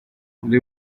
muri